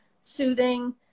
Soothing